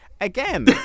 again